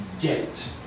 get